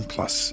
Plus